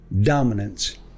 dominance